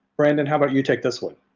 brandon, how about you take this one.